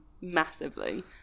massively